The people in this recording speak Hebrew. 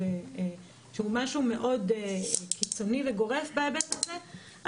המורחב הוא משהו קיצוני וגורף בהיבט הזה,